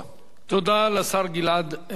תודה לשר גלעד ארדן.